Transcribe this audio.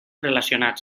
relacionats